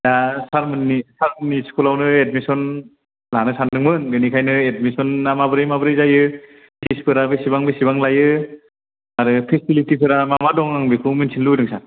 दा सारमोननि सारमोननि स्कुलावनो एदमिसन लानो सानदोंमोन बेनिखायनो एदमिसना माबोरै माबोरै जायो फिसफोरा बेसेबां बेसेबां लायो आरो फेसेलिटिफोरा मा मा दं आं बेखौ मिथिनो लुगैदों सार